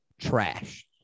Trash